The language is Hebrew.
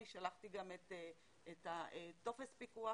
אני גם שלחתי את טופס הפיקוח